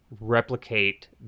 replicate